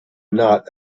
not